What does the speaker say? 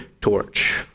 torch